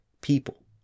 people